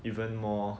even more